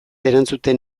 erantzuten